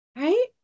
Right